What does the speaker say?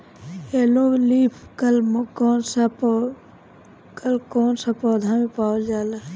Yellow leaf curl कौन सा पौधा में पावल जाला?